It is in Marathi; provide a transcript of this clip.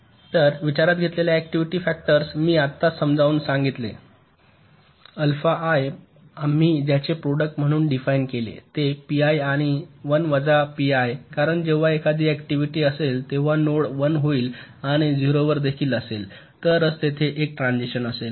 तर विचारात घेतलेले ऍक्टिव्हिटी फॅक्टर्स मी आत्ताच समजावून सांगितले अल्फा आय आम्ही ज्याचे प्रॉडक्ट म्हणून डिफाइन केले ते पीआय आणि 1 वजा पीआय कारण जेव्हा एखादी ऍक्टिव्हिटी असेल तेव्हा नोड 1 होईल आणि 0 वर देखील असेल तरच तेथे एक ट्रान्सिशन असेल